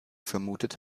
vermutet